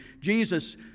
Jesus